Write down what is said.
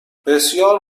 بسیار